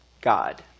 God